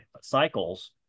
cycles